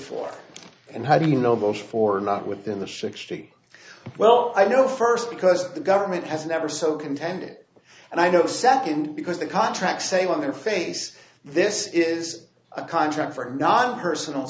four and how do you know those four not within the sixty well i know first because the government has never so contended and i know second because the contracts say on their face this is a contract for not personal